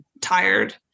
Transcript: tired